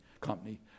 Company